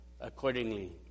accordingly